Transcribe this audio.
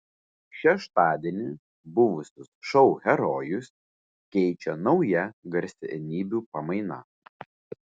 šeštadienį buvusius šou herojus keičia nauja garsenybių pamaina